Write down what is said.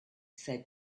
said